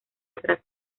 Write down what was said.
atrás